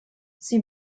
sie